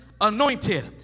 anointed